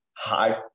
hard